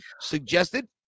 suggested